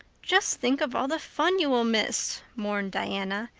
just think of all the fun you will miss, mourned diana.